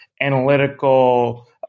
analytical